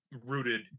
rooted